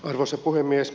arvoisa puhemies